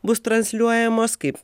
bus transliuojamos kaip